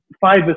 five